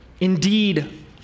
Indeed